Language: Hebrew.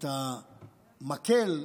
את המקל,